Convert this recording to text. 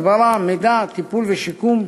הסברה, מתן מידע, טיפול ושיקום,